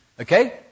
Okay